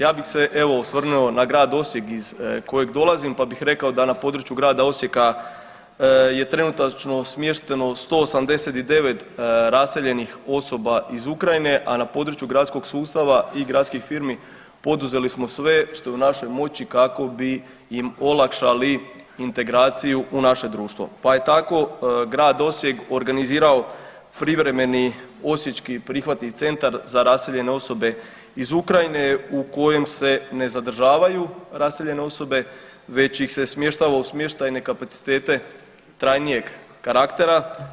Ja bih se evo osvrnuo na grad Osijek iz kojeg dolazim, pa bih rekao da na području grada Osijeka je trenutačno smješteno 189 raseljenih osoba iz Ukrajine, a na području gradskih sustava i gradskih firmi poduzeli smo sve što je u našoj moći kako bi im olakšali integraciju u naše društvo, pa je tako grad Osijek organizirao privremeni Osječki prihvatni centar za raseljene osobe iz Ukrajine u kojem se ne zadržavaju raseljene osobe, već ih se smještava u smještajne kapacitete trajnijeg karaktera.